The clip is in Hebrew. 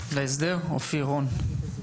להסדר אופיר, רון?